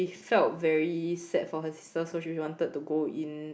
felt very sad for her sister so she wanted to go in